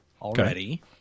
already